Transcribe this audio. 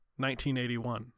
1981